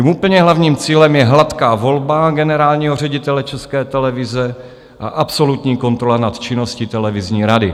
Tím úplně hlavním cílem je hladká volba generálního ředitele České televize a absolutní kontrola nad činností televizní rady.